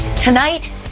Tonight